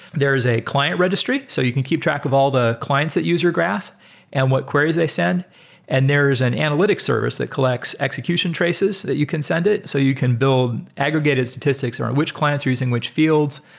there is a client registry so you can keep track of all the clients that use your graph and what queries they send and. there is an analytic service that collects execution traces so that you can send it so you can build aggregated statistics or which clients are using which fields.